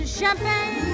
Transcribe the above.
champagne